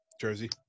Jersey